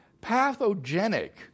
pathogenic